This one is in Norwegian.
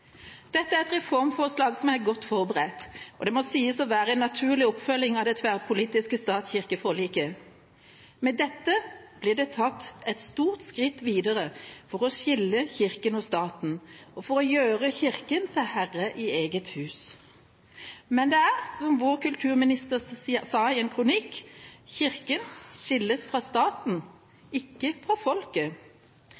Dette er et reformforslag som er godt forberedt, og det må sies å være en naturlig oppfølging av det tverrpolitiske stat–kirke-forliket. Med dette blir det tatt et stort skritt videre for å skille Kirken og staten, og for å gjøre Kirken til herre i eget hus. Men det er som vår kulturminister sa på Kirkemøtet: «Kirken skilles fra staten,